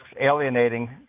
alienating